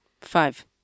Five